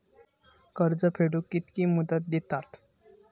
कर्ज फेडूक कित्की मुदत दितात?